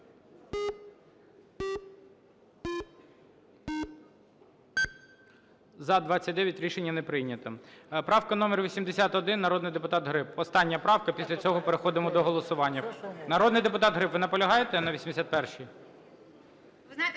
За-29 Рішення не прийнято. Правка номер 81, народний депутат Гриб. Остання правка. Після цього переходимо до голосування. Народний депутат Гриб, ви наполягаєте на 81-й?